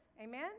Amen